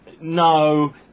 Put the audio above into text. no